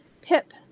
Pip